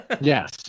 Yes